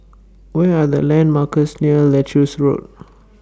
What Are The landmarks near Leuchars Road